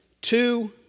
two